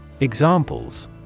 Examples